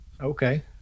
Okay